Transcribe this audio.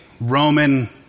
Roman